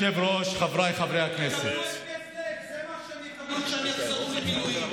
זה מה שהם יקבלו כשהם יחזרו ממילואים.